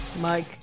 Mike